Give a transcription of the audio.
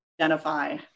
identify